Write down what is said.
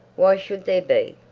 why should there be?